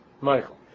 Michael